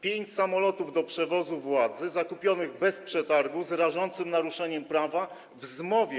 Pięć samolotów do przewozu władzy zakupionych bez przetargu, z rażącym naruszeniem prawa, w zmowie.